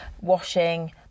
washing